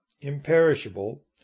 imperishable